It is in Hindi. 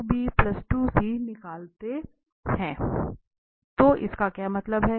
तो इसका क्या मतलब है